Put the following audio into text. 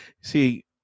See